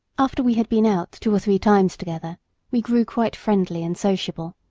after we had been out two or three times together we grew quite friendly and sociable,